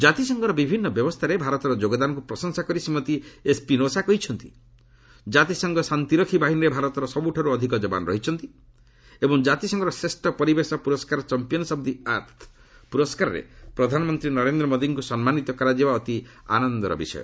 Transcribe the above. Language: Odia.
ଜାତିସଂଘର ବିଭିନ୍ନ ବ୍ୟବସ୍ଥାରେ ଭାରତର ଯୋଗଦାନକୁ ପ୍ରଶଂସା କରି ଶ୍ରୀମତୀ ଏସ୍ପିନୋସା କହିଛନ୍ତି ଜାତିସଂଘ ଶାନ୍ତିରକ୍ଷୀ ବାହିନୀରେ ଭାରତର ସବୁଠାରୁ ଅଧିକ ଯବାନ ରହିଛନ୍ତି ଏବଂ ଜାତିସଂଘର ଶ୍ରେଷ୍ଠ ପରିବେଶ ପୁରସ୍କାର ଚାମ୍ପିୟନ୍ସ୍ ଅଫ୍ ଦି ଆର୍ଥ ପୁରସ୍କାରରେ ପ୍ରଧାନମନ୍ତ୍ରୀ ନରେନ୍ଦ୍ର ମୋଦିଙ୍କୁ ସମ୍ମାନିତ କରାଯିବା ଅତି ଆନନ୍ଦର ବିଷୟ